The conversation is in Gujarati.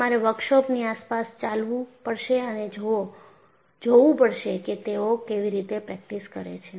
તમારે વર્કશોપની આસપાસ ચાલવું પડશે અને જોવું પણ પડશે કે તેઓ કેવી રીતે પ્રેક્ટિસ કરે છે